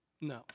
No